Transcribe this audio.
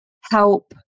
help